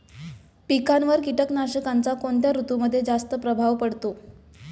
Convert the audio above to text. पिकांवर कीटकनाशकांचा कोणत्या ऋतूमध्ये जास्त प्रभाव पडतो?